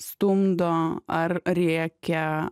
stumdo ar rėkia